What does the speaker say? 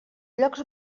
llocs